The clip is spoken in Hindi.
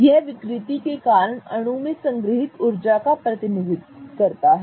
यह विकृति के कारण अणु में संग्रहीत ऊर्जा का प्रतिनिधि है